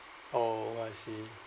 oh I see